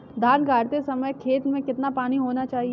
धान गाड़ते समय खेत में कितना पानी होना चाहिए?